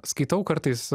skaitau kartais